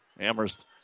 Amherst